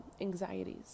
anxieties